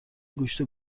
گوشت